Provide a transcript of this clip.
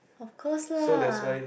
of course lah